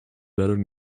better